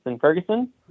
Ferguson